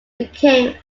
became